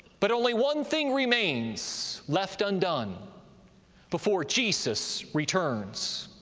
but only one thing remains left undone before jesus returns,